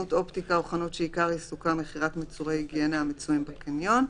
חנות אופטיקה או חנות שעיקר עיסוקה מכירת מוצרי היגיינה המצויים בקניון,